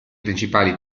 principali